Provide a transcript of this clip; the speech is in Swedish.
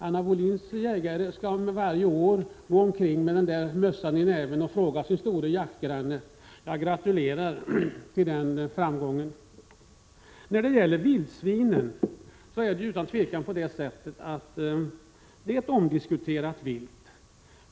Anna Wohlin-Anderssons jägare skall varje år gå omkring med mössan i näven och be sina stora jaktgrannar om lov. Jag gratulerar till den framgången. Vildsvinen är utan tvivel ett omdiskuterat vilt.